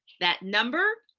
that number,